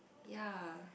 ya